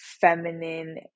feminine